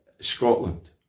Scotland